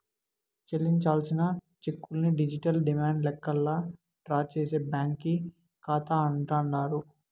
చెల్లించాల్సిన చెక్కుల్ని digital demand లెక్కల్లా డ్రా చేసే బ్యాంకీ కాతా అంటాండారు